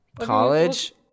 College